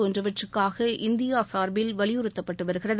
போன்றவற்றுக்காக India சாா்பில் வலியுறுத்தப்பட்டு வருகிறது